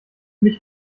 mich